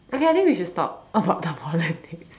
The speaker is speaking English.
okay I think we should stop about the politics